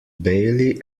bailey